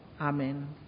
Amen